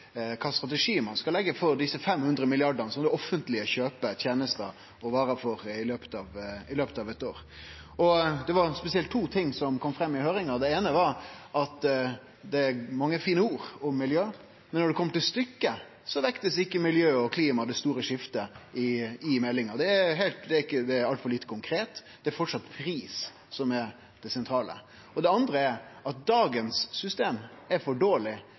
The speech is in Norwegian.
for desse fem hundre milliardane som det offentlege kjøper tenester og varer for i løpet av eit år. Det var spesielt to ting som kom fram i høyringa. Det eine var at det er mange fine ord om miljø, men når det kjem til stykket, blir ikkje miljø, klima og det store skiftet vekta i meldinga. Det er altfor lite konkret. Det er framleis pris som er det sentrale. Det andre er at dagens system er for dårleg.